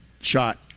shot